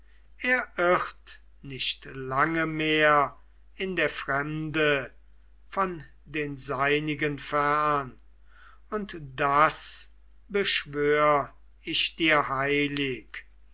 er irrt nicht lange mehr in der fremde von den seinigen fern und das beschwör ich dir heilig